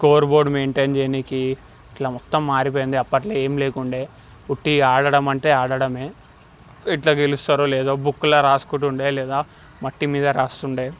scoreboard maintain చేయడానికి ఇట్లా మొత్తం మారిపోయింది అప్పట్లో ఏం లేకుండే ఉట్టి ఆడటమంటే ఆడటమే ఎట్లా గెలుస్తారో లేదో బుక్లో వ్రాసుకుంటూ ఉండే లేదా మట్టి మీద వ్రాస్తుండే